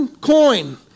coin